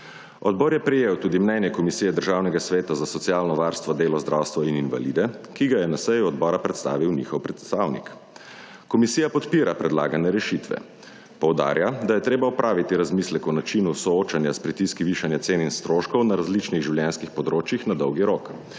Odbor je prejel tudi mnenje Komisije Državnega sveta za socialno varstvo, delo, zdravstvo in invalide, ki ga je na seji odbora predstavil njihov predstavnik. Komisija podpira predlagane rešitve. Poudarja, da je treba opraviti razmislek o načinu soočenja s pritiski višanja cen in stroškov na različnih življenjskih področjih na dolgi rok.